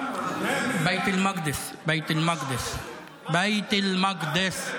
בית אל-מקדס, בית אל-מקדס.